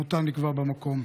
מותה נקבע במקום.